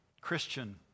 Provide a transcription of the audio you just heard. Christian